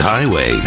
Highway